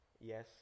Yes